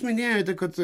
minėjote kad